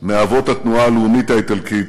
מאבות התנועה הלאומית האיטלקית,